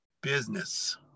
business